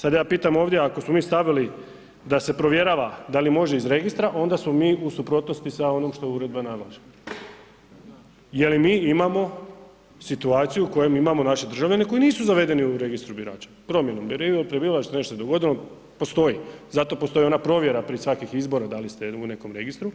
Sad ja pitam ovdje, ako smo mi stavili da se provjerava da li može iz registra, onda smo mi u suprotnosti sa onim što uredba nalaže jer i mi imamo situaciju u kojoj imamo naše državljane koji nisu zavedeni u Registru birača, promjenom ... prebivališta, nešto se dogodilo, postoji, zato postoji ona provjera prije svakih izbora da li ste u nekom registru,